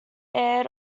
aired